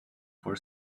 for